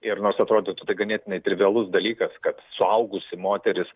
ir nors atrodytų tai ganėtinai trivialus dalykas kad suaugusi moteris